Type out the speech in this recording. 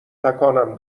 تکانم